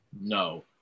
no